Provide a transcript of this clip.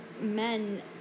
men